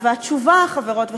התשובה, חברות וחברים,